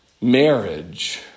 marriage